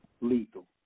Lethal